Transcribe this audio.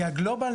כי הגלובאל,